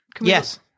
Yes